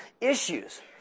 issues